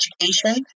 education